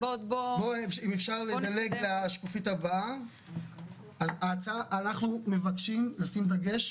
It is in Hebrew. והוא אומר לי "..אני מבקש שתסדיר את